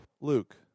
Luke